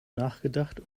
nachgedacht